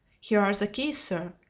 here are the keys, sir,